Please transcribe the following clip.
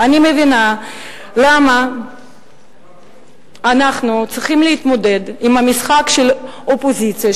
אני לא מבינה למה אנחנו צריכים להתמודד עם המשחק של אופוזיציה,